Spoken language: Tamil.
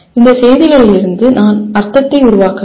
இந்த செய்திகளிலிருந்து நான் அர்த்தத்தை உருவாக்க வேண்டும்